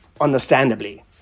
understandably